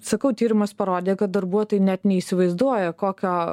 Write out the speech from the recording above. sakau tyrimas parodė kad darbuotojai net neįsivaizduoja kokio